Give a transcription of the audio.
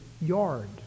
yard